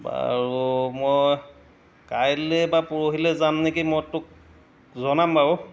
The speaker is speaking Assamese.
বাৰু মই কাইলৈ বা পৰহিলৈ যাম নেকি মই তোক জনাম বাৰু